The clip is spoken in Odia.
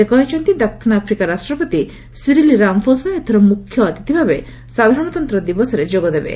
ସେ କହିଛନ୍ତି ଦକ୍ଷିଣ ଆଫ୍ରିକା ରାଷ୍ଟପତି ସିରିଲି ରାମଫୋସା ଏଥର ମ୍ରଖ୍ୟଅତିଥି ଭାବେ ସାଧାରଣତନ୍ତ୍ର ଦିବସରେ ଯୋଗଦେବେ